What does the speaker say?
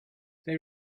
they